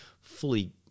fully